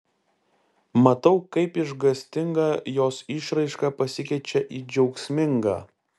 matau kaip išgąstinga jos išraiška pasikeičia į džiaugsmingą